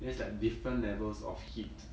then is like different levels of heat